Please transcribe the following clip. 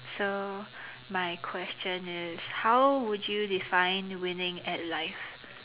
so my question is how would you define winning at life